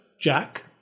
Jack